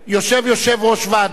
יושב יושב-ראש ועדה,